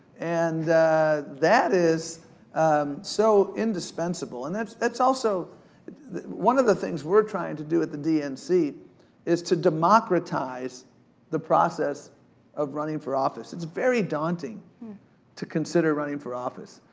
and that is so indispensable, and that's that's also one of the things we're trying to do at the dnc is to democratize the process of running for office. it's very daunting to consider running for office.